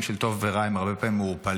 של טוב ורע הם הרבה פעמים מעורפלים,